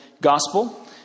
Gospel